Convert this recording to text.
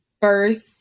Birth